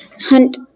hunt